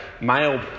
male